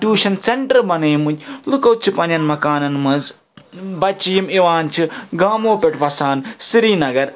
tuition centre بنٲیمٕتۍ لُکو چھِ پَنٛنٮ۪ن مکانَن منٛز بَچہٕ یِم یِوان چھِ گامو پٮ۪ٹھ وَسان سریٖنگر